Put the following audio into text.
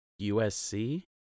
USC